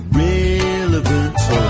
relevant